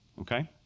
okay